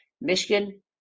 Michigan